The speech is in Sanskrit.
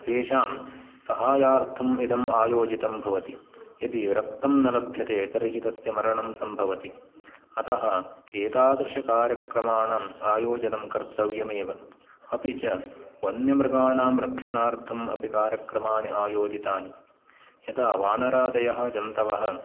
तेषां साहाय्यार्थम् इदम् आयोजितं भवति यदि रक्तं न लभ्यते तर्हि तस्य मरणं सम्भवति अतः एतादृशकार्यक्रमाणाम् आयोजनं कर्तव्यमेव अपि च वन्यमृगाणां रक्षणार्थं कार्यक्रमाणि आयोजितानि यदा वानरादयः जन्तवः